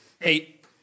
Eight